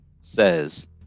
says